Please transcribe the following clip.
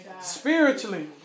Spiritually